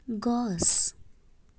গছ